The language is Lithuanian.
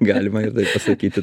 galima pasakyti